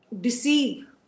deceive